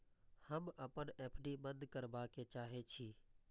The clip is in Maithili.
हम अपन एफ.डी बंद करबा के चाहे छी